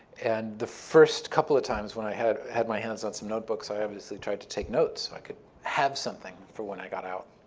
and the first couple of times when i had had my hands on some notebooks, i obviously tried to take notes so i could have something for when i got out.